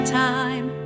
time